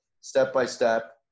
step-by-step